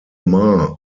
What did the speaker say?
mans